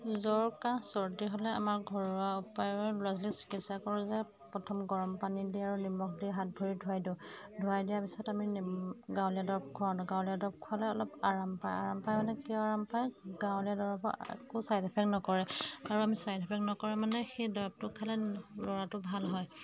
জ্বৰ কাহ চৰ্দি হ'লে আমাৰ ঘৰুৱা উপায় ল'ৰা ছোৱালী চিকিৎসা কৰোঁ যে প্ৰথম গৰম পানী দি আৰু নিমখ দি হাত ভৰি ধুৱাই দিওঁ ধুৱাই দিয়াৰ পিছত আমি গাঁৱলীয়া দৰব খুৱাওঁ গাঁৱলীয়া দৰৱ খুৱালে অলপ আৰাম পায় আৰম পায় মানে কিয় আৰাম পায় গাঁৱলীয়া দৰৱৰ একো ছাইড ইফেক্ট নকৰে আৰু আমি ছাইড ইফেক্ট নকৰে মানে সেই দৰৱটো খালে ল'ৰাটো ভাল হয়